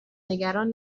نگران